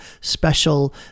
special